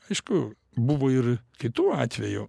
aišku buvo ir kitų atvejų